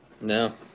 No